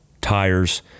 tires